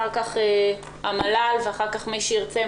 אחר כך המל"ל ואחר כך מי שירצה.